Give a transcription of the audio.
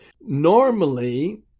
Normally